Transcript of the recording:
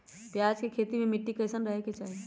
प्याज के खेती मे मिट्टी कैसन रहे के चाही?